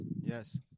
yes